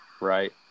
right